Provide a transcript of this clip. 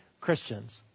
Christians